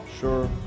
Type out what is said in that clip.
sure